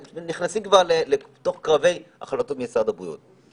הם נכנסים כבר לתוך קרבי החלטות משרד הבריאות.